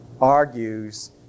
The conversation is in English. argues